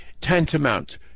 tantamount